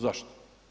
Zašto?